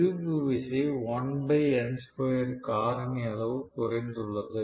திருப்பு விசை காரணி அளவு குறைந்துள்ளது